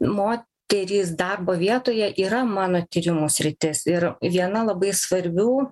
moterys darbo vietoje yra mano tyrimų sritis ir viena labai svarbių